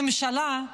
ממשלה,